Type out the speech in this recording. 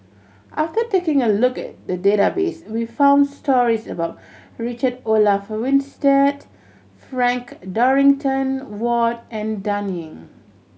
after taking a look at the database we found stories about Richard Olaf Winstedt Frank Dorrington Ward and Dan Ying